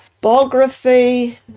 biography